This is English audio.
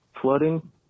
flooding